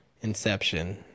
inception